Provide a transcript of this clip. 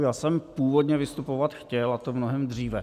Já jsem původně vystupovat chtěl, a to mnohem dříve.